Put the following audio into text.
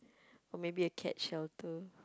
or maybe a cat shelter